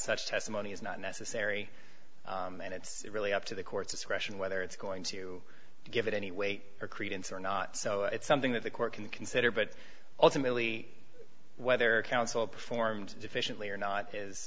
such testimony is not necessary and it's really up to the courts it's a question whether it's going to give it any weight or credence or not so it's something that the court can consider but ultimately whether counsel performed efficiently or not is